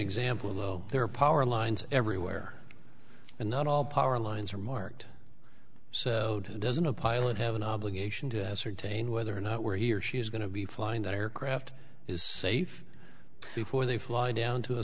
example there are power lines everywhere and not all power lines are marked so doesn't a pilot have an obligation to ascertain whether or not where he or she is going to be flying that aircraft is safe before they fly down to a